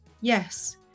Yes